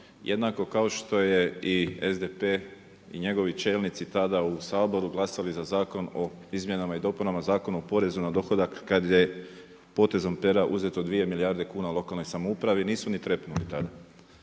jednako kao što je i SDP i njegovi čelnici tada u Saboru glasali za Zakon o izmjenama i dopunama Zakona o porezu na dohodak kada je potezom pera uzeto 2 milijarde kuna lokalnoj samoupravi, nisu ni trepnuli tada.